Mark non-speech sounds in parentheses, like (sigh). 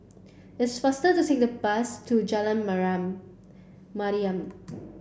it's faster to take the bus to Jalan (unintelligible) Mariam